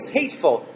hateful